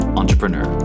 entrepreneur